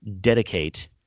dedicate